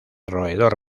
roedor